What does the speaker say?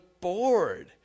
bored